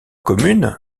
commune